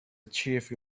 achieve